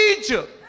Egypt